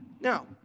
Now